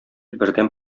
бердәм